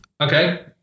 Okay